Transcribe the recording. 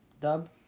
Dub